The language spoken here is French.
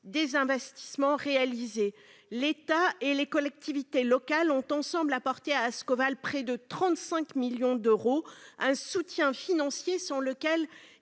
des investissements réalisés- l'État et les collectivités locales lui ont ensemble apporté près de 35 millions d'euros, un soutien financier sans lequel